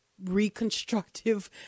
reconstructive